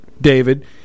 David